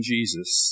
Jesus